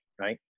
Right